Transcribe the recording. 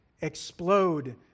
explode